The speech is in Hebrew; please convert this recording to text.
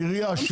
עירייה,